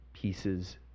pieces